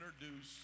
introduce